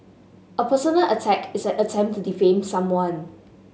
a personal attack is an attempt to defame someone